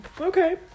Okay